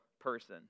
person